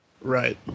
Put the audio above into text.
Right